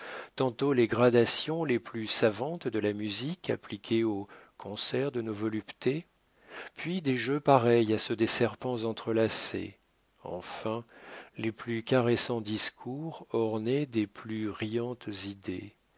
tantôt les gradations les plus savantes de la musique appliquées au concert de nos voluptés puis des jeux pareils à ceux des serpents entrelacés enfin les plus caressants discours ornés des plus riantes idées